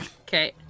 Okay